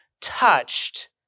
touched